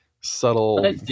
subtle